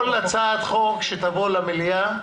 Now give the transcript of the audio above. כל הצעת חוק שתבוא למליאה,